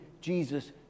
jesus